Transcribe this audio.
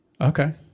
Okay